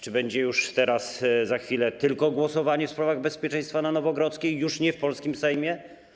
Czy będzie już teraz, za chwilę, tylko głosowanie w sprawach bezpieczeństwa na Nowogrodzkiej, już nie w polskim Sejmie?